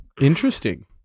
Interesting